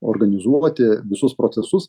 organizuoti visus procesus